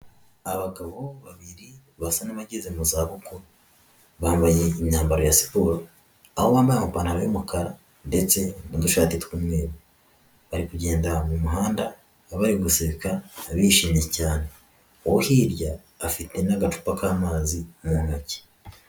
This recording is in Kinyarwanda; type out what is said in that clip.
Abagabo babiri basa n'abageze mu zabukuru, bambaye imyambaro ya siporo, aho bambaye amapantaro y'umukara ndetse n'udushati tw'umweru, bari kugenda mu muhanda bari guseka, bishimye cyane, uwo hirya afite n'agacupa k'amazi mu ntoki.